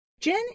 Jen